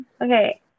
Okay